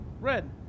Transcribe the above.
Red